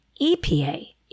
EPA